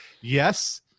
yes